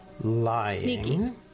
lying